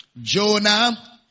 Jonah